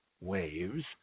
waves